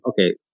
okay